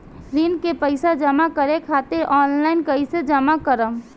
ऋण के पैसा जमा करें खातिर ऑनलाइन कइसे जमा करम?